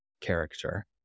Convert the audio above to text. character